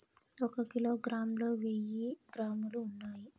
ఒక కిలోగ్రామ్ లో వెయ్యి గ్రాములు ఉన్నాయి